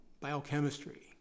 biochemistry